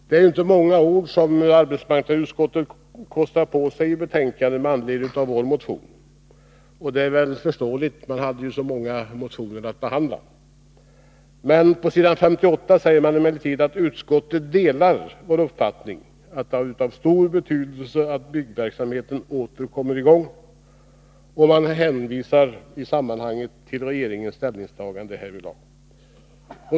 Det är ju inte många ord som arbetsmarknadsutskottet kostar på sig i betänkandet med anledning av vår motion, och det är väl förståeligt, så många motioner som man hade att behandla. På s. 58 säger man emellertid att utskottet delar vår uppfattning att det är av stor betydelse att byggverksamheten åter kommer i gång. Man hänvisar i sammanhanget till regeringens ställningstagande härvidlag.